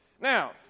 Now